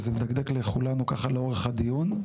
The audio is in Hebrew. וזה מדגדג לכולנו ככה לאורך הדיון,